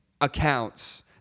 accounts